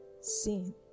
seen